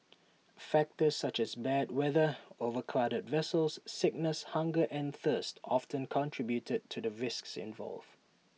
factors such as bad weather overcrowded vessels sickness hunger and thirst often contribute to the risks involved